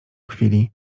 chwili